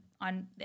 on